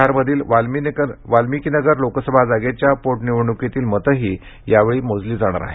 बिहारमधील वाल्मिकीनगर लोकसभा जागेच्या पोटनिवडणकीतील मतंही यावेळी मोजली जातील